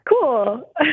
Cool